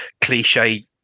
cliche